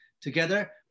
Together